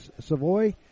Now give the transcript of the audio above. Savoy